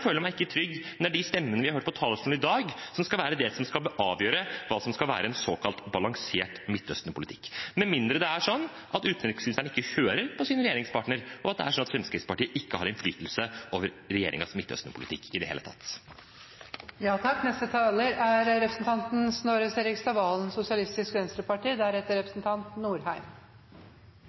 føler meg ikke trygg når de stemmene vi har hørt fra talerstolen i dag, skal være dem som skal avgjøre hva som skal være en såkalt balansert Midtøsten-politikk – med mindre det er sånn at utenriksministeren ikke hører på sin regjeringspartner, og at Fremskrittspartiet ikke har innflytelse over regjeringens Midtøsten-politikk i det hele tatt.